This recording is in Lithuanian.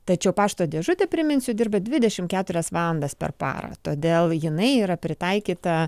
tačiau pašto dėžutė priminsiu dirba dvidešimt keturias valandas per parą todėl jinai yra pritaikyta